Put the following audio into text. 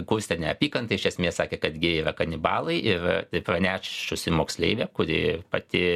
kurstė neapykantą iš esmės sakė kad gėjai yra kanibalai ir tai pranešusi moksleivė kuri pati